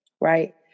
right